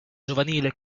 giovanile